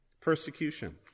Persecution